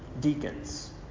deacons